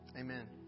Amen